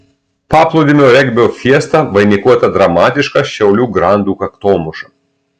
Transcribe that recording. paplūdimio regbio fiesta vainikuota dramatiška šiaulių grandų kaktomuša